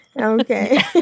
Okay